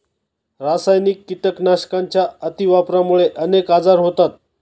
रासायनिक कीटकनाशकांच्या अतिवापरामुळे अनेक आजार होतात